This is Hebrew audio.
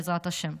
בעזרת השם.